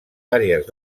àrees